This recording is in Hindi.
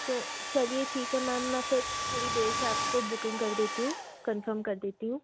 तो चलिए ठीक है मैम मैं फिर थोड़ी देर से आपको बुकिंग कर देती हूँ कंफ़र्म कर देती हूँ